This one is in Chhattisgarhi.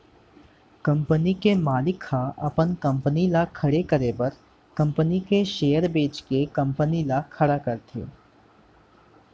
कंपनी के मालिक ह अपन कंपनी ल खड़े करे बर कंपनी के सेयर बेंच के कंपनी ल खड़ा करथे